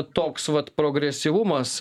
toks vat progresyvumas